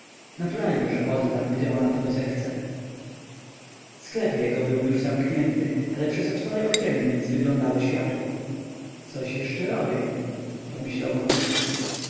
naturalnie że oddam gdy ona tego zechce sklep jego był już zamknięty ale przez otwory okiennic wyglądało światło coś jeszcze robią pomyślał wokulski